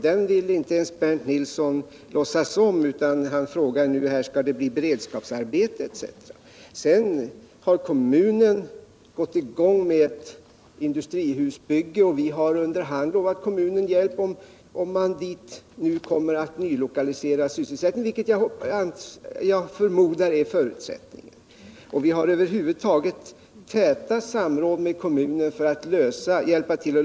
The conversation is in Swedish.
Den vill Bernt Nilsson inte ens låtsas om utan frågar: Skall det bli beredskapsarbete etc.? Sedan har kommunen satt i gång ett industrihusbygge och vi har under hand lovat kommunen hjälp om man gör nylokaliseringar dit, som medför sysselsättningstillfällen, vilket jag förmodar är förutsättningen.